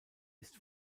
ist